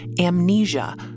amnesia